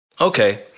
Okay